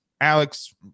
Alex